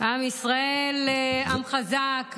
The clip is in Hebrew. עם ישראל הוא עם חזק,